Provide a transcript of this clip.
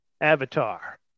Avatar